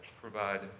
provide